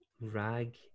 Rag